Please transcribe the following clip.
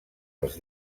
als